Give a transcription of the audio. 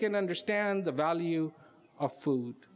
can understand the value of food